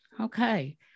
Okay